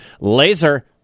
Laser